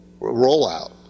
rollout